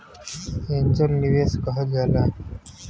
angel निवेस कहल जाला